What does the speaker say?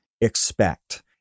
expect